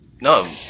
no